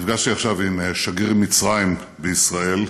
נפגשתי עכשיו עם שגריר מצרים בישראל,